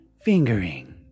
fingering